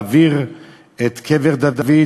להעביר את קבר דוד,